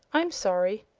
i'm sorry!